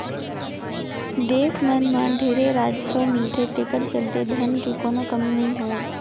देस मन मं ढेरे राजस्व मिलथे तेखरे चलते धन के कोनो कमी नइ होय